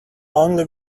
only